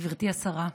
גברתי השרה,